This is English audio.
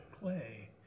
clay